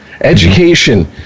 education